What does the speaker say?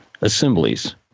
assemblies